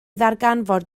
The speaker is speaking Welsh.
ddarganfod